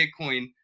Bitcoin